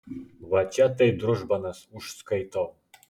va čia tai družbanas užskaitau